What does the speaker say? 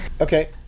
okay